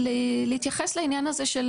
להתייחס לעניין הזה של